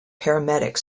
paramedic